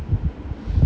mmhmm